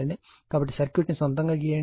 కాబట్టి సర్క్యూట్ ని సొంతంగా గీయండి